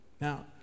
Now